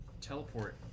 teleport